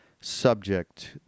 subject